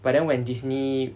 but then when Disney